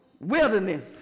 Wilderness